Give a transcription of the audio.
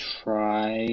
try